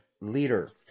leader